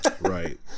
Right